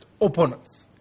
opponents